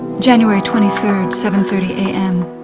january twenty third, seven thirty am.